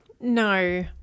No